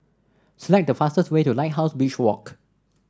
select the fastest way to Lighthouse Beach Walk